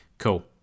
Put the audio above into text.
cool